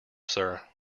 sir